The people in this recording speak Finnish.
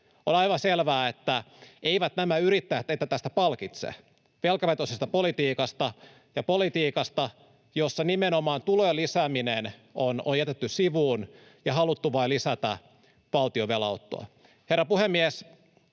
On aivan selvää, että eivät nämä yrittäjät teitä palkitse tästä velkavetoisesta politiikasta ja politiikasta, jossa nimenomaan tulojen lisääminen on jätetty sivuun ja haluttu vain lisätä valtion velanottoa. Herra puhemies!